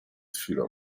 chwilą